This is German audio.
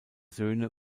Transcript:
söhne